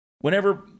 Whenever